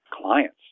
clients